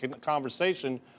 conversation